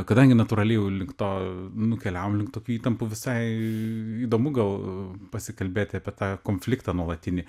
kadangi natūraliai jau link to nukeliavom link tokių įtampų visai įdomu gal pasikalbėti apie tą konfliktą nuolatinį